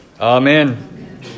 Amen